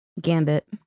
gambit